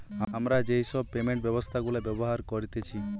আমরা যেই সব পেমেন্ট ব্যবস্থা গুলা ব্যবহার করতেছি